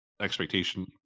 expectation